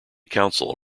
council